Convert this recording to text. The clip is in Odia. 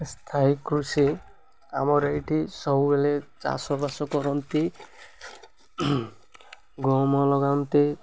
ସ୍ଥାୟୀ କୃଷି ଆମର ଏଇଠି ସବୁବେଳେ ଚାଷବାସ କରନ୍ତି ଗହମ ଲଗାନ୍ତି